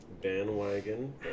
bandwagon